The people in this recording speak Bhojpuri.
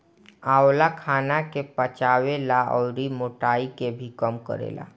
आंवला खाना के पचावे ला अउरी मोटाइ के भी कम करेला